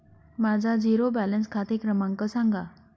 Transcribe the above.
माझा zero balance खाते क्रमांक सांगा